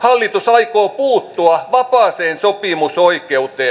hallitus aikoo puuttua vapaaseen sopimusoikeuteen